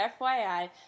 FYI